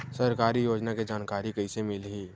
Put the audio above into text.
सरकारी योजना के जानकारी कइसे मिलही?